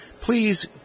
please